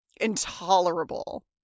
Intolerable